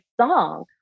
song